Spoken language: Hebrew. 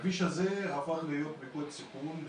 הכביש הזה הפך להיות מוקד סיכון.